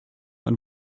ein